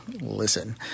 listen